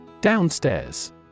DOWNSTAIRS